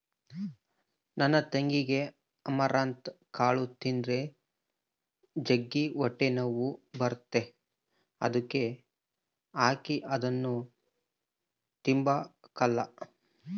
ನನ್ ತಂಗಿಗೆ ಅಮರಂತ್ ಕಾಳು ತಿಂದ್ರ ಜಗ್ಗಿ ಹೊಟ್ಟೆನೋವು ಬರ್ತತೆ ಅದುಕ ಆಕಿ ಅದುನ್ನ ತಿಂಬಕಲ್ಲ